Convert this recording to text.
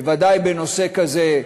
בוודאי בנושא כזה,